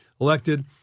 elected